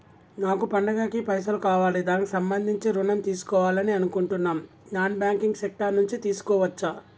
నాకు పండగ కి పైసలు కావాలి దానికి సంబంధించి ఋణం తీసుకోవాలని అనుకుంటున్నం నాన్ బ్యాంకింగ్ సెక్టార్ నుంచి తీసుకోవచ్చా?